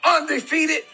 undefeated